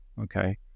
okay